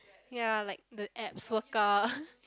ya like the abs workout